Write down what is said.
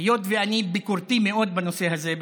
היות שאני ביקורתי מאוד בנושא הזה,